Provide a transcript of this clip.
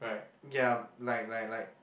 ya like like like